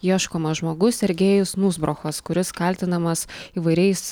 ieškomas žmogus sergejus nuzbrochas kuris kaltinamas įvairiais